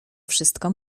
wszystko